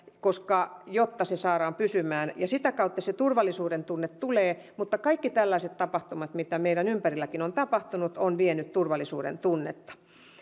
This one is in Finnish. jotta se saadaan pysymään ja sitä kautta se turvallisuuden tunne tulee mutta kaikki tällaiset tapahtumat mitä meidän ympärillämmekin on tapahtunut ovat vieneet turvallisuuden tunnetta